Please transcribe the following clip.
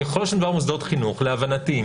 ככל שמדובר במוסדות חינוך להבנתי,